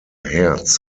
herz